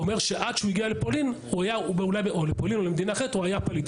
אומר שעד שהוא הגיע לפולין או למדינה אחרת הוא היה פליט.